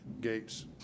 gates